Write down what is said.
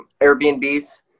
Airbnbs